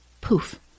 Poof